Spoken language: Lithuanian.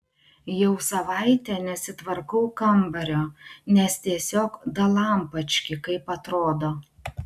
jau savaitę nesitvarkau kambario nes tiesiog dalampački kaip atrodo